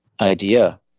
idea